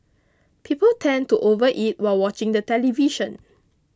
people tend to overeat while watching the television